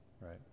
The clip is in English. right